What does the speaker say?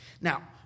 Now